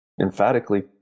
emphatically